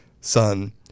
son